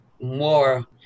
more